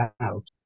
out